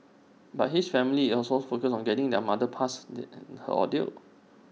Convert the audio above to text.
but his family is also focused on getting their mother past her ordeal